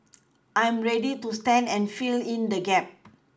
I'm ready to stand and fill in the gap